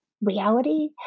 reality